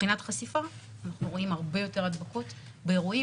מבחינת חשיפה אנחנו רואים הרבה יותר הדבקות באירועים.